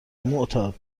معتاد